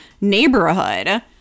neighborhood